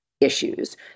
issues